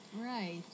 Right